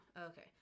Okay